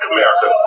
America